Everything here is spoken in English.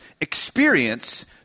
experience